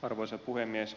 arvoisa puhemies